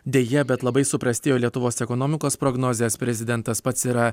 deja bet labai suprastėjo lietuvos ekonomikos prognozės prezidentas pats yra